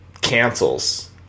...cancels